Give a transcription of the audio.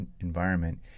environment